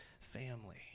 family